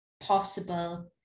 possible